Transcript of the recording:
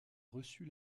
reçut